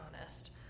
honest